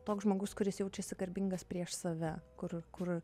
toks žmogus kuris jaučiasi garbingas prieš save kur kur